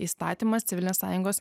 įstatymas civilinės sąjungos